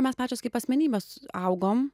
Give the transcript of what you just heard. mes pačios kaip asmenybės augom